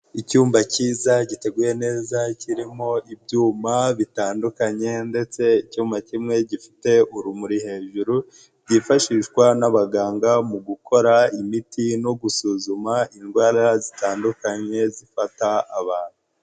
Icyumba cyiza, giteguye neza, kirimo ibyuma bitandukanye ndetse icyuma kimwe gifite urumuri hejuru, rwifashishwa n'abaganga mu gukora imiti no gusuzuma indwara zitandukanye, zifata abantu.